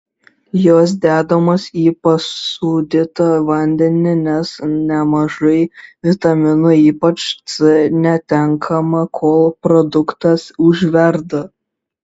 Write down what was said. jos dedamos į pasūdytą vandenį nes nemažai vitaminų ypač c netenkama kol produktas užverda